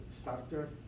starter